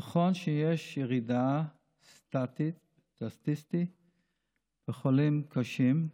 נכון שיש ירידה סטטיסטית במספר החולים קשים,